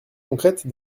concrètes